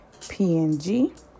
PNG